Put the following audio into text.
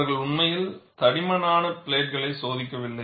அவர்கள் உண்மையில் தடிமனான பிளேட் களை சோதிக்கவில்லை